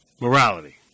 Morality